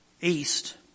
east